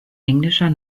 englischer